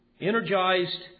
energized